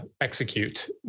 execute